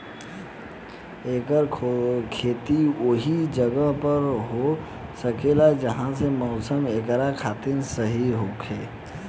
एकर खेती ओहि जगह पर हो सकेला जहा के मौसम एकरा खातिर सही होखे